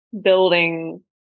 building